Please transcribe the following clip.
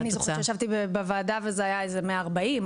אני זוכרת שישבתי בוועדה וזה היה איזה 140,